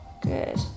good